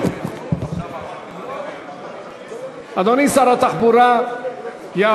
את הזמנים ונוכל ללכת לישון לפני 04:00. את